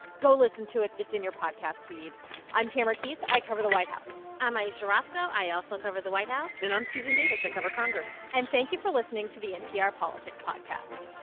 go listen to it. it's in your podcast feed i'm tamara keith. i cover the white house i'm ayesha rascoe. i also cover the white house and i'm susan davis. i cover congress and thank you for listening to the npr politics podcast